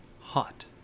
hot